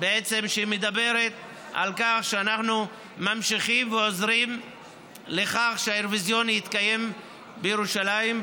שמדברת על כך שאנחנו ממשיכים ועוזרים לכך שהאירוויזיון יתקיים בירושלים,